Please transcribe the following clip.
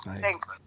Thanks